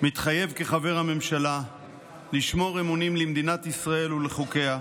מתחייב כחבר הממשלה לשמור אמונים למדינת ישראל ולחוקיה,